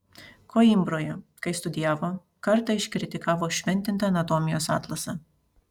koimbroje kai studijavo kartą iškritikavo šventintą anatomijos atlasą